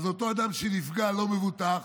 אותו אדם שנפגע לא מבוטח.